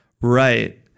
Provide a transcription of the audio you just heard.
right